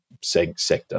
sector